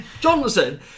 Johnson